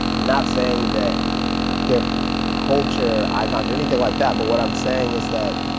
not saying that they're culture icons, or anything like that, but what i'm saying is that